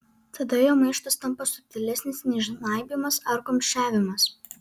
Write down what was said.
tada jo maištas tampa subtilesnis nei žnaibymas ar kumščiavimas